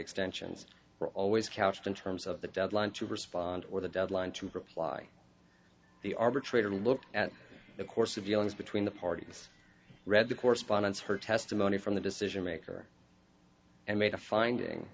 extensions are always couched in terms of the deadline to respond or the deadline to reply the arbitrator looked at the course of dealings between the parties read the correspondence heard testimony from the decision maker and made a finding